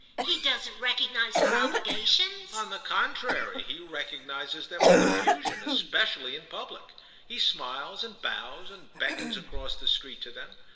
he doesn't recognise his obligations? on the contrary, he recognises them with effusion, especially in public he smiles and bows and beckons across the street to them.